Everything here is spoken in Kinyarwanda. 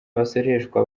abasoreshwa